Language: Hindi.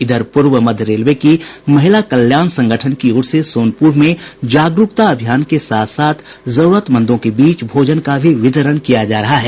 इधर पूर्व मध्य रेलवे की महिला कल्याण संगठन की ओर से सोनपुर में जागरूकता अभियान के साथ साथ जरूरतमंदो के बीच भोजन का भी वितरण किया जा रहा है